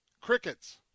crickets